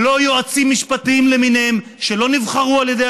ולא יועצים משפטיים למיניהם שלא נבחרו על ידי